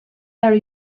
are